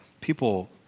people